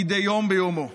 מדי יום ביומו.